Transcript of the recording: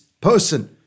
person